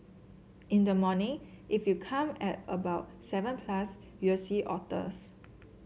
in the morning if you come at about seven plus you'll see otters